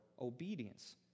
obedience